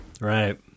right